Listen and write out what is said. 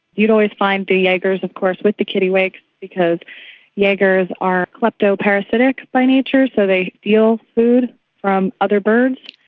you'd always finds the yeah jeagers of course with the kittiwakes because yeah jeagers are kleptoparasitic by nature, so they steal food from other birds.